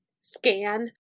scan